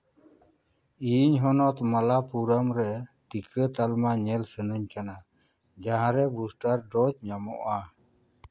ᱤᱧ ᱦᱚᱱᱚᱛ ᱢᱟᱞᱟᱯᱩᱨᱚᱢ ᱨᱮ ᱴᱤᱠᱟᱹ ᱛᱟᱞᱢᱟ ᱧᱮᱞ ᱥᱟᱹᱱᱟᱹᱧ ᱠᱟᱱᱟ ᱡᱟᱦᱟᱸ ᱨᱮ ᱵᱩᱥᱴᱟᱨ ᱰᱳᱡᱽ ᱧᱟᱢᱚᱜᱼᱟ